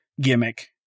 gimmick